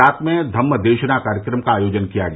रात में धम्म देशना कार्यक्रम का आयोजन किया गया